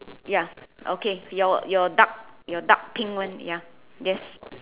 ya okay your your dark your dark pink one ya yes